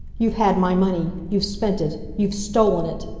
you've had my money! you've spent it! you've stolen it!